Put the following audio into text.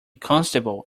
constable